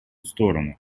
сторону